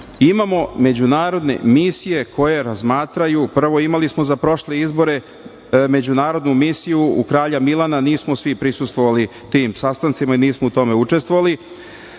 imamo međunarodne misije koje razmatraju, prvo, imali smo za prošle izbore međunarodnu misiju u Kralja Milana, nismo svi prisustvovali tim sastancima i nismo u tome učestvovali,